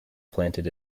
planted